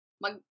mag